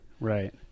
right